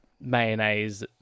Mayonnaise